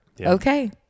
Okay